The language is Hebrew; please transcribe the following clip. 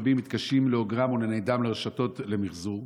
רבים מתקשים לאוגרם ולניידם לרשתות למחזור.